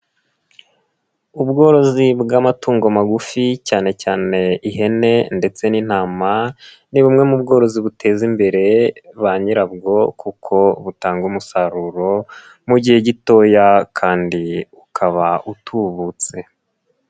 Ubworozi bw'amatungo magufi cyane cyane ihene ndetse n'intama, ni bumwe mu bworozi buteza imbere ba nyirabwo kuko butanga umusaruro, mu gihe gitoya kandi ukaba utubutse.